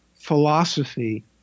philosophy